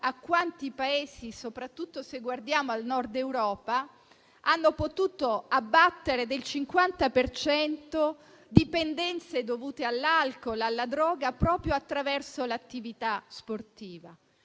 a quei Paesi che - soprattutto se guardiamo al Nord Europa - hanno potuto abbattere del 50 per cento dipendenze dovute all'alcol o alla droga proprio attraverso l'attività sportiva.